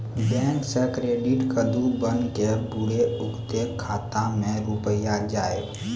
Bank से credit कद्दू बन के बुरे उनके खाता मे रुपिया जाएब?